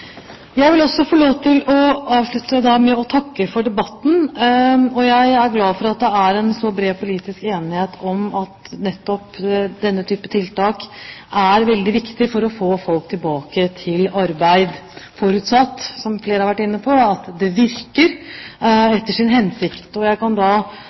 Jeg vil også få lov til å avslutte med å takke for debatten. Jeg er glad for at det er en så bred politisk enighet om at nettopp denne type tiltak er veldig viktig for å få folk tilbake til arbeid, forutsatt, som flere har vært inne på, at de virker etter sin hensikt. Jeg kan